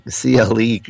CLE